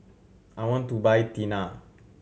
I want to buy Tena